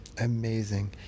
amazing